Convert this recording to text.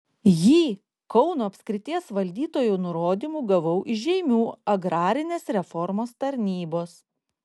jį kauno apskrities valdytojo nurodymu gavau iš žeimių agrarinės reformos tarnybos